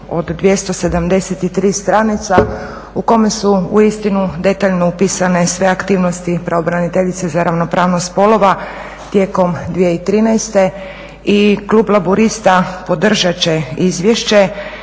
od 273 stranica u kome su uistinu detaljno upisane sve aktivnosti pravobraniteljice za ravnopravnost spolova tijekom 2103. I klub Laburista podržati će izvješće